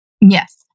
Yes